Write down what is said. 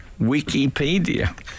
Wikipedia